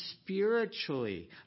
spiritually